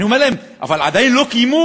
אני אומר להם: אבל עדיין לא קיימו.